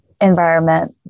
environment